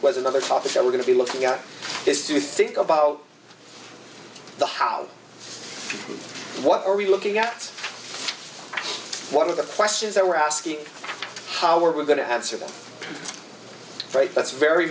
was another topic that we're going to be looking at this to think about the how what are we looking at one of the questions that we're asking how are we going to have civil rights that's very